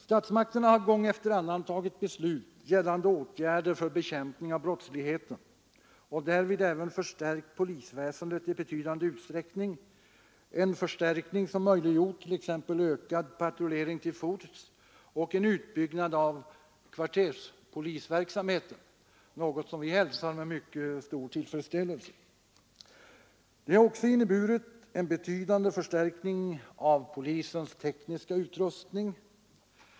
Statsmakterna har gång efter annan tagit beslut gällande åtgärder för bekämpning av brottsligheten och därvid även förstärkt polisväsendet i betydande utsträckning, en förstärkning som möjliggjort t.ex. ökad patrullering till fots och en utbyggnad av kvarterspolisverksamheten, något som vi hälsar med mycket stor tillfredsställelse. Det har också inneburit en betydande förstärkning av polisens tekniska utrustning.